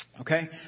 Okay